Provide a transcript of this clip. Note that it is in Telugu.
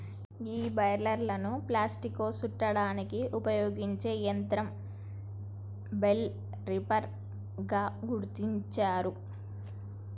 గీ బలేర్లను ప్లాస్టిక్లో సుట్టడానికి ఉపయోగించే యంత్రం బెల్ రేపర్ గా గుర్తించారు